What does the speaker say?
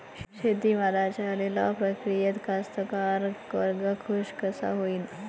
शेती मालाच्या लिलाव प्रक्रियेत कास्तकार वर्ग खूष कवा होईन?